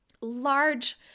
large